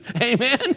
Amen